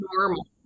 normal